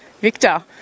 Victor